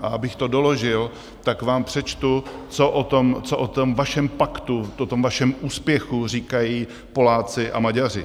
A abych to doložil, tak vám přečtu, co o tom vašem paktu, o tom vašem úspěchu říkají Poláci a Maďaři.